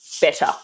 better